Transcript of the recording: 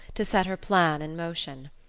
to set her plan in motion.